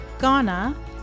Ghana